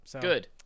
Good